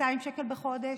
200 שקל בחודש,